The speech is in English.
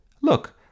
Look